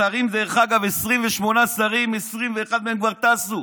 השרים, דרך אגב, 28 שרים, 21 מהם כבר טסו